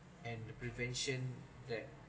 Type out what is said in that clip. and the prevention that